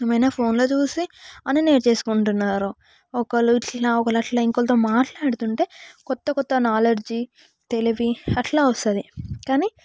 ఏమైనా ఫోన్ లో చూసి అన్నీ నేర్చేసుకుంటున్నారు ఒకరు వచ్చినా ఒకరు అట్ల ఇంకొకరితో మాట్లాడుతుంటే కొత్త కొత్త నాలెడ్జి తెలివి అట్లా వస్తుంది కానీ